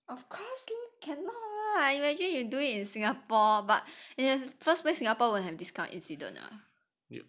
of course you cannot lah imagine you do it in singapore but in the first place singapore will have this kind of incident ah